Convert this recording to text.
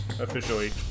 officially